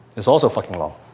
it's also fucking long.